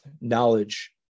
knowledge